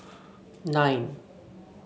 nine